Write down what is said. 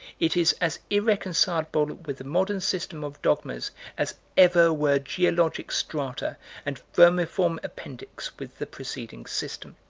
it is as irreconcilable with the modern system of dogmas as ever were geologic strata and vermiform appendix with the preceding system